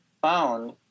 found